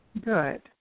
good